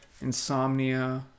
insomnia